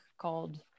called